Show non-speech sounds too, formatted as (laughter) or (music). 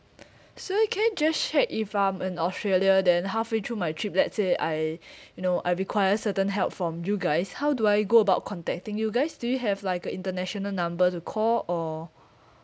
(breath) so you can just check if um in australia then halfway through my trip let's say I (breath) you know I require certain help from you guys how do I go about contacting you guys do you have like a international number to call or (breath)